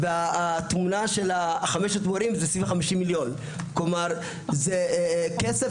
והתמונה של 500 המורים זה סביב 50 מיליון כלומר זה כסף